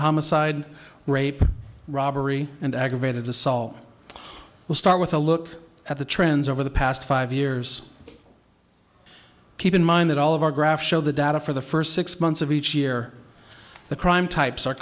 homicide rape robbery and aggravated assault will start with a look at the trends over the past five years keep in mind that all of our graphs show the data for the first six months of each year the crime types are